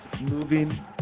moving